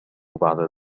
بعد